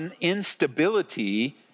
instability